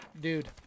dude